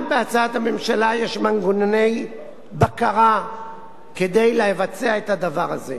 גם בהצעת הממשלה יש מנגנוני בקרה כדי לבצע את הדבר הזה.